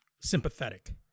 Sympathetic